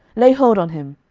lay hold on him.